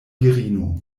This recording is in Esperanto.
virino